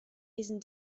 isn’t